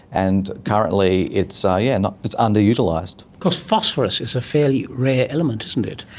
and currently it's ah yeah it's underutilised. because phosphorus is a fairly rare element, isn't it.